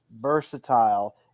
versatile